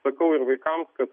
sakau ir vaikams kad